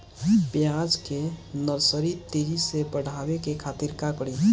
प्याज के नर्सरी तेजी से बढ़ावे के खातिर का करी?